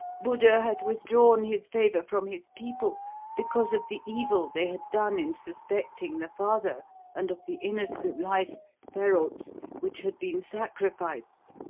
buddha had withdrawn his favour from his people because of the evil they had done in suspecting the father and of the innocent life ferralt's which had been sacrificed,